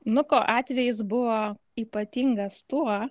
nuko atvejis buvo ypatingas tuo